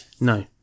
no